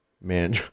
Man